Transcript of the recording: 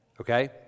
Okay